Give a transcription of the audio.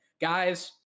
guys